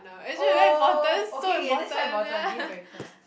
oh okay okay that's quite important dealbreaker